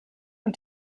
und